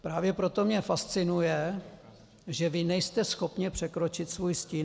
Právě proto mě fascinuje, že vy nejste schopni překročit svůj stín.